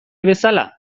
bezala